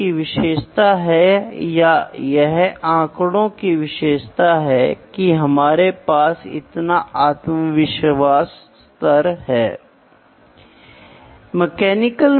कई ऑपरेशनों में उचित प्रदर्शन के लिए माप की आवश्यकता होती है